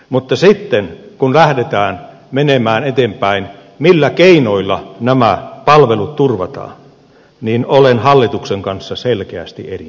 mutta sitten kun lähdetään menemään eteenpäin siinä millä keinoilla nämä palvelut turvataan niin olen hallituksen kanssa selkeästi eri mieltä